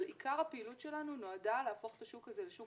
אבל עיקר הפעילות שלנו נועדה להפוך את השוק הזה לשוק